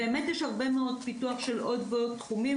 באמת יש הרבה מאוד פיתוח של עוד ועוד תחומים